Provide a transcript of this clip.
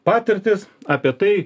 patirtis apie tai